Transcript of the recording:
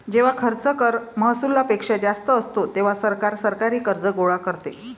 जेव्हा खर्च कर महसुलापेक्षा जास्त असतो, तेव्हा सरकार सरकारी कर्ज गोळा करते